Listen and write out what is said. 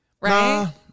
right